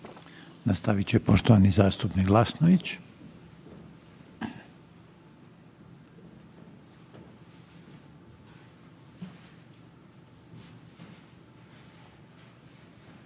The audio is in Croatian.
Nastavit će poštovani zastupnik Glasnović.